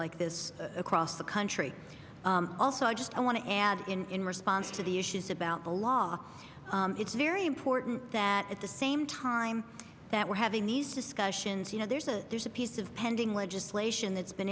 like this across the country also i just i want to add in in response to the issues about the law it's very important that at the same time that we're having these discussions you know there's a there's a piece of pending legislation that's been